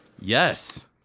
Yes